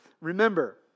remember